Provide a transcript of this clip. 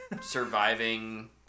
surviving